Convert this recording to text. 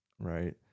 right